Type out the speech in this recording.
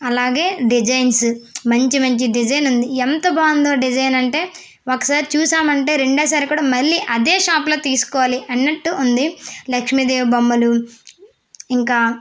అలాగే డిజైన్స్ మంచి మంచి డిజైన్ ఉంది ఎంత బాగుందో డిజైన్ అంటే ఒకసారి చూసామంటే రెండోసారి కూడా మళ్ళీ అదే షాప్లో తీసుకోవాలి అన్నట్టు ఉంది లక్ష్మీదేవి బొమ్మలు ఇంకా